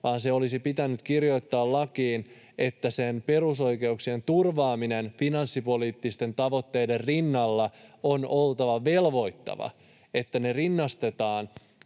vaan olisi pitänyt kirjoittaa lakiin, että perusoikeuksien turvaamisen finanssipoliittisten tavoitteiden rinnalla on oltava velvoittavaa, että nämä ihmisten